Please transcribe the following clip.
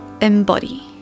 Embody